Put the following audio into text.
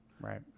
Right